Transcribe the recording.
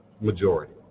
majority